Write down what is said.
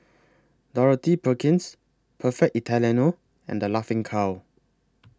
Dorothy Perkins Perfect Italiano and The Laughing Cow